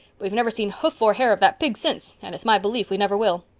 we've never seen hoof or hair of that pig since, and it's my belief we never will.